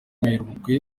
werurwe